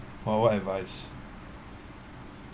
!wah! what advice